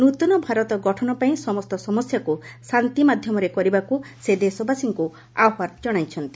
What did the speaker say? ନୃତନ ଭାରତ ଗଠନ ପାଇଁ ସମସ୍ତ ସମସ୍ୟାକୁ ଶାନ୍ତି ମାଧ୍ୟମରେ କରିବାକୁ ସେ ଦେଶବାସୀଙ୍କୁ ଆହ୍ୱାନ ଦେଇଛନ୍ତି